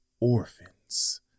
orphans